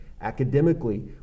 Academically